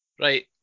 Right